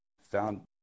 found